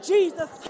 Jesus